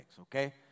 okay